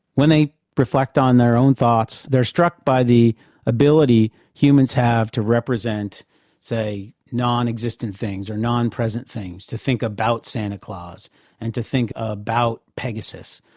when they reflect on their own thoughts, they're struck by the ability humans have to represent say, nonexistent things, or non-present things, to think about santa claus and to think about pegasus.